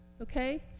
Okay